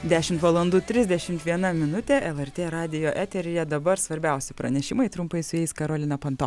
dešimt valandų trisdešimt viena minutė lrt radijo eteryje dabar svarbiausi pranešimai trumpai su jais karolina panto